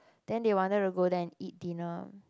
then they wanted to go there and eat dinner